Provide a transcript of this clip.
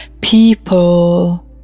people